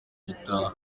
gitaha